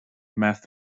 meth